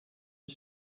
und